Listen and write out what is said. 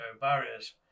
barriers